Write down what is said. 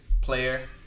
player